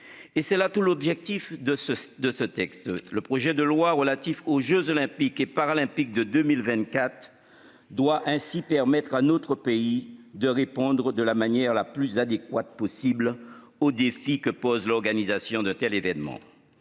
; c'est là tout l'objectif de ce texte. Le projet de loi relatif aux jeux Olympiques et Paralympiques de 2024 doit ainsi permettre à notre pays de répondre de la manière la plus adéquate possible aux défis que pose l'organisation d'un tel événement.